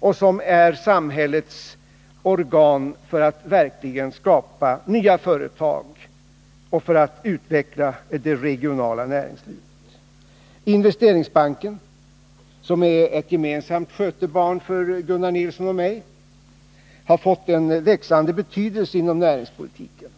och som är samhällets organ för att hjälpa i gång nya företag och för att utveckla näringslivet regionalt. Investeringsbanken, som är ett gemensamt skötebarn för Gunnar Nilsson och mig, har fått en växande betydelse inom näringspolitiken.